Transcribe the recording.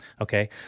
Okay